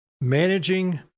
managing